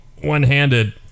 one-handed